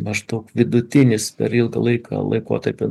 maždaug vidutinis per ilgą laiką laikotarpiu